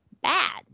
bad